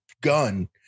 gun